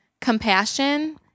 compassion